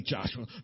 Joshua